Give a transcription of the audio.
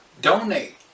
donate